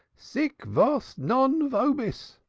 sic vos non vobis,